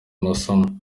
amasomo